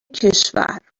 کشور